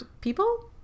people